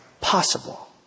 possible